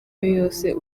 yose